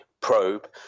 probe